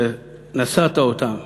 שנשאת אותן